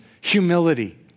humility